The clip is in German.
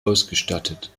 ausgestattet